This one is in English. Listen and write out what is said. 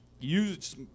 Use